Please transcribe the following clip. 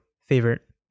favorite